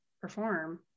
perform